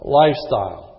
lifestyle